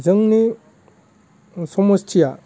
जोंनि समस्थिया